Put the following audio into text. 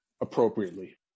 appropriately